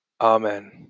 Amen